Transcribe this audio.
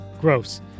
Gross